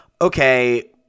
okay